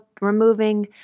removing